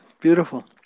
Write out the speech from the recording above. beautiful